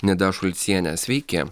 nida šulcienė sveiki